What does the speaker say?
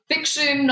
Fiction